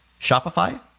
Shopify